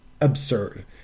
absurd